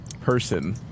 person